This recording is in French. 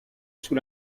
sous